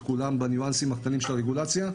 כולם בניואנסים הקטנים של הרגולציה,